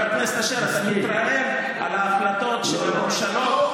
חבר הכנסת אשר, אתה מתרעם על ההחלטות של הממשלות,